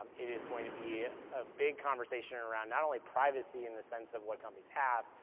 um it is going to be a big conversation around not only privacy in the sense of what companies have,